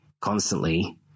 constantly